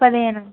పదిహేను